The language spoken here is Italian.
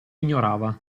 ignorava